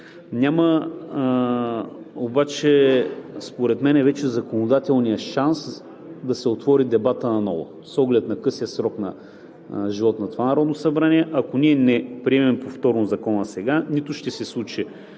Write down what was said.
Няма според мен обаче вече законодателният шанс да се отвори наново дебата с оглед на късия срок на живот на това Народно събрание. Ако не приемем повторно Закона сега, нито ще се случи